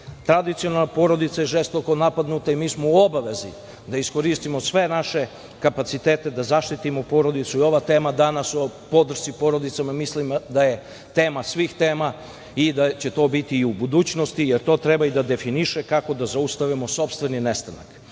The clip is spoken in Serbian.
manje. Tradicionalna porodica je žestoko napadnuta i mi smo u obavezida iskoristimo sve naše kapacitete, da zaštitimo porodicu i ova tema danas o podršci porodicama mislim da je tema svih tema i da će to biti i u budućnosti, jer to treba da definiše kako da zaustavimo sopstveni nestanak.